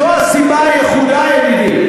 זו הסיבה היחידה,